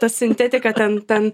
ta sintetika ten ten